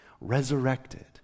resurrected